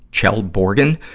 kjell bjorgen,